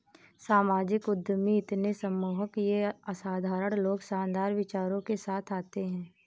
सामाजिक उद्यमी इतने सम्मोहक ये असाधारण लोग शानदार विचारों के साथ आते है